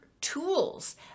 tools